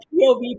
POV